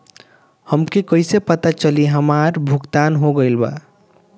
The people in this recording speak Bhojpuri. हमके कईसे पता चली हमार भुगतान हो गईल बा?